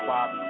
Bob